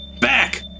back